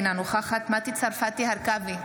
אינה נוכחת מטי צרפתי הרכבי,